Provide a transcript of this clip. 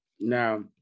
Now